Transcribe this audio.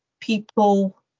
people